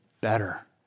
better